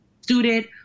student